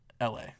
LA